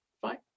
Fine